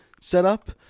setup